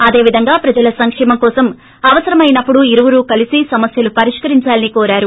అదేవిధంగా ప్రజల సంక్షేమం కోసం అవసరమైనప్పుడు ఇరువురు కలిసి సమస్యలు పరిష్కరించాలని కోరారు